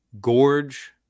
Gorge